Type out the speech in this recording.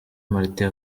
martin